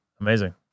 Amazing